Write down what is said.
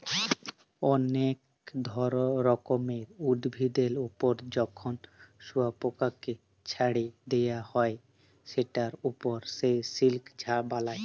অলেক রকমের উভিদের ওপর যখন শুয়পকাকে চ্ছাড়ে দেওয়া হ্যয় সেটার ওপর সে সিল্ক বালায়